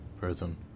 prison